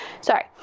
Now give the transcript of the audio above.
Sorry